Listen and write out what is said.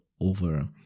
over